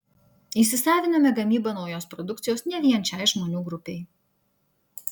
įsisaviname gamybą naujos produkcijos ne vien šiai žmonių grupei